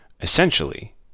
Essentially